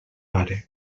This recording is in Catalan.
pare